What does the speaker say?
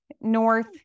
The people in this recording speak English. north